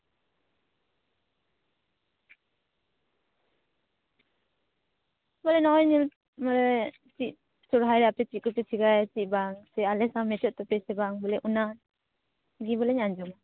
ᱵᱚᱞᱮ ᱱᱚᱜᱼᱚᱭ ᱧᱮᱞ ᱢᱮ ᱪᱮᱫ ᱥᱚᱨᱦᱟᱭ ᱟᱯᱮ ᱪᱮᱫ ᱠᱚᱯᱮ ᱪᱮᱠᱟᱭᱟ ᱪᱮᱫ ᱵᱟᱝ ᱟᱞᱮ ᱥᱟᱶ ᱢᱮᱪᱚᱜ ᱛᱟᱯᱮᱭᱟ ᱵᱟᱝ ᱵᱚᱞᱮ ᱚᱱᱟ ᱜᱮᱵᱚᱞᱤᱧ ᱟᱸᱡᱚᱢᱟ